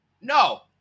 No